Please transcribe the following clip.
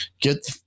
Get